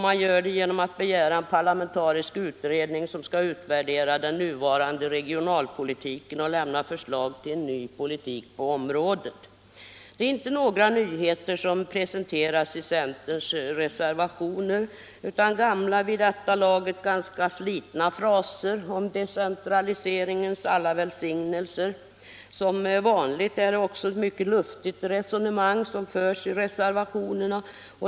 Man gör det genom att begära en parlamentarisk utredning som skall utvärdera den nuvarande regionalpolitiken och lämna förslag till en ny politik på området. Det är inte några nyheter som presenteras i centerns reservationer utan gamla, vid detta laget ganska slitna fraser om decentraliseringens alla välsignelser. Som vanligt är det också ett mycket luftigt resonemang som förs i reservationerna.